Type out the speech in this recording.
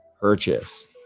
purchase